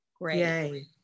Great